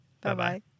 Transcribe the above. Bye-bye